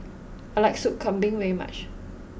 I like Sop Kambing very much